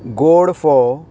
गोड फोव